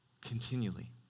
continually